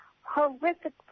horrific